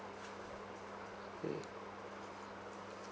hmm